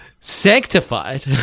Sanctified